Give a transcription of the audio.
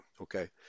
okay